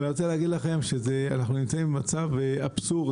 ואני רוצה להגיד לכם שאנחנו נמצאים במצב אבסורדי.